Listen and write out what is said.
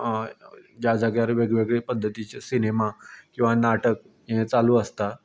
होय ज्या जाग्यार वेगवेगळे पध्दतीचे सिनेमी किंवां नाटक हें चालू आसता